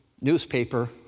newspaper